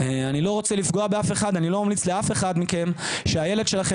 אני לא רוצה לפגוע באף אחד אבל אני לא ממליץ לאף אחד מכם שהילד ילכם